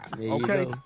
Okay